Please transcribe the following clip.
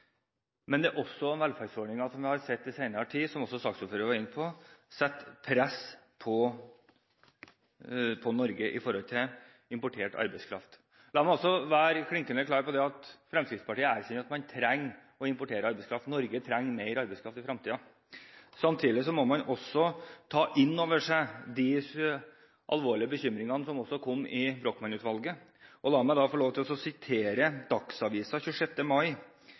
men det er også velferdsordninger som, som vi har sett i den senere tid, som også saksordføreren var inne på, setter press på Norge når det gjelder importert arbeidskraft. La meg også være klinkende klar på at Fremskrittspartiet erkjenner at man trenger å importere arbeidskraft – Norge trenger mer arbeidskraft i fremtiden. Samtidig må man også ta inn over seg de alvorlige bekymringene som kom frem i Brochmann-utvalget. La meg få lov til å sitere følgende fra Dagsavisen den 26. mai